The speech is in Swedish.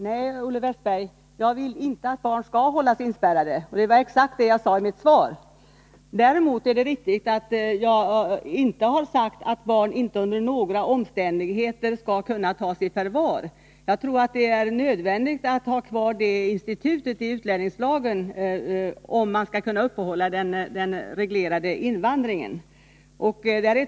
Herr talman! Nej. Olle Wästberg, jag vill inte att barn skall hållas inspärrade — och det var exakt vad jag sade i mitt svar. Däremot är det riktigt att jag inte har sagt att barn inte under några omständigheter skall kunna tas i förvar. Jag tror att det är nöd ändigt att ha kvar det institutet i utlänningslagen. om man skall kunna upprätthålla den reglerade invandringen.